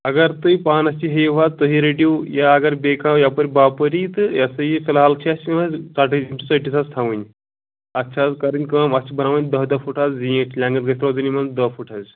اگر تُہۍ پانَس تہِ ہیٚیِو حظ تُہی رٔٹِو یا اگر بیٚیہِ کانٛہہ یَپٲرۍ باپٲرۍ یِیہِ تہٕ یا سا یہِ فِلحال چھِ اَسہِ یِم حظ ژَٹٕنۍ یِم چھِ ژٔٹِتھ حظ تھاوٕنۍ اَتھ چھِ حظ کَرٕنۍ کٲم اَتھ چھِ بناوٕنۍ دَہ دہ فُٹ حظ زیٖٹھۍ لینٛگتھ گژھِ روزٕنۍ یِمن دٔہ فُٹ حظ